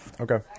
Okay